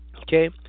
Okay